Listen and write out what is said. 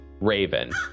raven